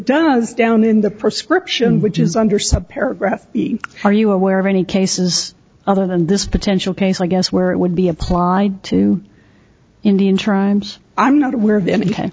does down in the prescription which is under some paragraph are you aware of any cases other than this potential case i guess where it would be applied to indian tribes i'm not aware of